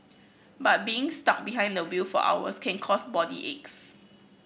but being stuck behind the wheel for hours can cause body aches